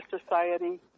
Society